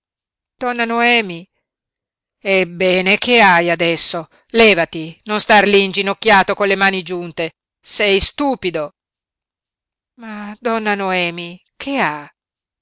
vattene donna noemi ebbene che hai adesso levati non star lí inginocchiato con le mani giunte sei stupido ma donna noemi che ha